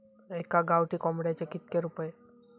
एका गावठी कोंबड्याचे कितके रुपये?